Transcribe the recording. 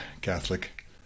Catholic